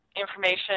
information